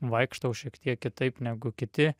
vaikštau šiek tiek kitaip negu kiti